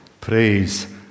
Praise